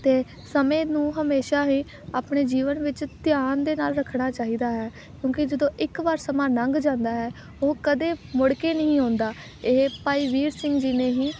ਅਤੇ ਸਮੇਂ ਨੂੰ ਹਮੇਸ਼ਾ ਹੀ ਆਪਣੇ ਜੀਵਨ ਵਿੱਚ ਧਿਆਨ ਦੇ ਨਾਲ ਰੱਖਣਾ ਚਾਹੀਦਾ ਹੈ ਕਿਉਂਕਿ ਜਦੋਂ ਇੱਕ ਵਾਰ ਸਮਾਂ ਲੰਘ ਜਾਂਦਾ ਹੈ ਉਹ ਕਦੇ ਮੁੜ ਕੇ ਨਹੀਂ ਆਉਂਦਾ ਇਹ ਭਾਈ ਵੀਰ ਸਿੰਘ ਜੀ ਨੇ ਹੀ